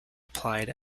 applied